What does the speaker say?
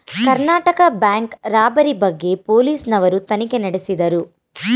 Karnataka bank robbery ಬಗ್ಗೆ police ನವರು ತನಿಖೆ ನಡೆಸಿದರು